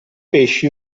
pesci